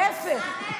להפך.